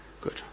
Good